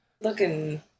Looking